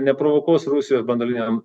neprovokuos rusijos branduoliniam